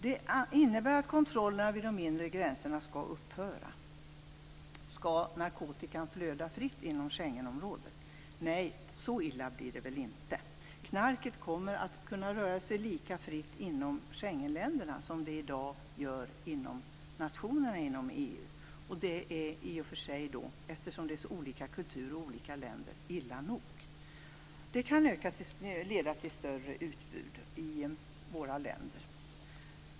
Det innebär att kontrollerna vid de inre gränserna skall upphöra. Skall narkotikan flöda fritt inom Schengenområdet? Nej, så illa blir det väl inte. Knarket kommer att kunna röra sig lika fritt inom Schengenländerna som det i dag gör inom nationerna i EU. Det är i och för sig illa nog eftersom det är så olika kultur i olika länder. Det kan leda till större utbud i våra länder.